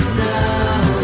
now